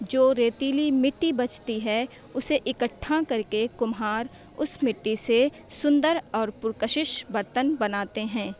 جو ریتیلی مٹی بچتی ہے اسے اکٹھا کر کے کمہار اس مٹی سے سندر اور پرکشش برتن بناتے ہیں